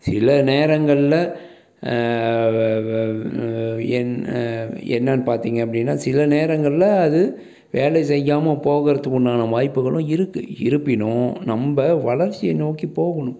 சில நேரங்களில் என் என்னென்னு பார்த்திங்க அப்படின்னா சில நேரங்களில் அது வேலை செய்யாமல் போகிறத்துக்குண்டான வாய்ப்புகளும் இருக்குது இருப்பினும் நம்ப வளர்ச்சியை நோக்கி போகணும்